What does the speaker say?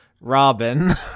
Robin